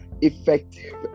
effective